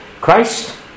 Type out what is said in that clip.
Christ